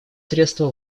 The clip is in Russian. средства